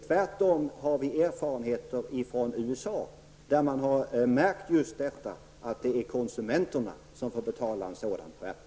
Tvärtom visar erfarenheter från USA att det just är konsumenterna som får betala en sådan skärpning.